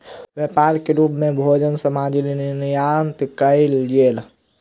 व्यापार के रूप मे भोजन सामग्री निर्यात कयल गेल